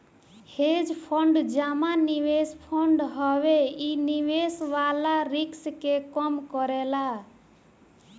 hedge fund जमा निवेश fund हवे इ निवेश वाला रिस्क के कम करेला